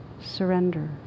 surrender